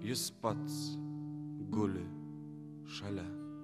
jis pats guli šalia